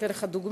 אתן לך דוגמה: